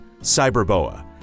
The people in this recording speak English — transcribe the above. Cyberboa